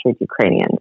Ukrainians